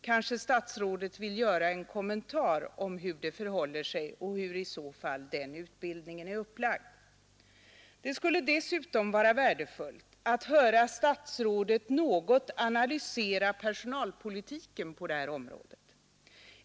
Kanske statsrådet vill göra en kommentar om hur det förhåller sig och hur i så fall den utbildningen är upplagd. Det skulle dessutom vara värdefullt att höra statsrådet något analysera personalpolitiken på det här området.